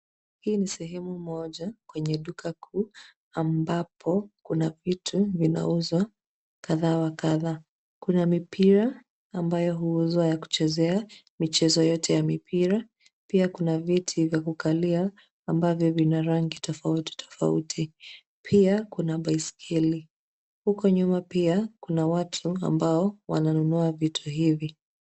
Hii ni sehemu moja kwenye duka kuu ambapo kuna vitu vinauzwa kadha wa kadha. Kuna mipira ambayo huuzwa ya kuchezea michezo yote ya mpira. Pia kuna viti vya kukalia ambavyo vina rangi tofauti tofauti. Pia kuna baiskeli. Uko nyuma pia kuna watu ambao wananunua vitu hivi.